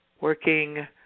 working